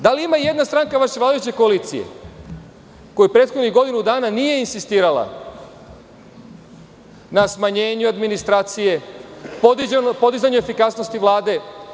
Da li ima i jedna stranka vaše vladajuće koalicije koja prethodnih godinu dana nije insistirala na smanjenju administracije, podizanja efikasnosti Vlade?